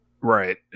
right